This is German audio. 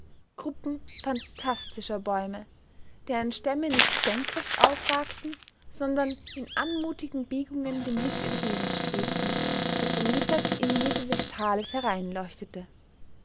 gruppen phantastischer bäume deren stämme nicht senkrecht aufragten sondern in anmutigen biegungen dem licht entgegenstrebten das um mittag in die mitte des tales